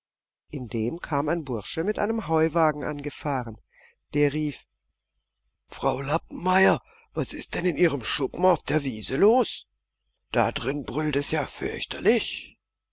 indem kam ein bursche mit einem heuwagen angefahren der rief frau lappenmeyer was ist denn in ihrem schuppen auf der wiese los da drin brüllt es ja fürchterlich